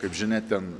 kaip žinia ten